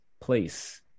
place